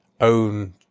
own